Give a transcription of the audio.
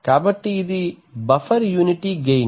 కాబట్టి ఇది buffer unity gain